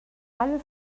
alle